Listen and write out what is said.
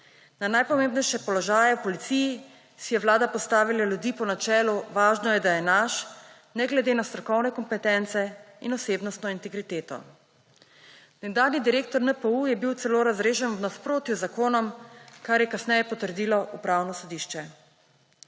Na najpomembnejše položaje v policiji si je vlada postavila ljudi po načelu – važno je, da je naš, ne glede na strokovne kompetence in osebnostno integriteto. Nekdanji direktor NPU je bilo celo razrešen v nasprotju z zakonom, kar je kasneje potrdilo Upravno sodišče.